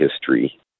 history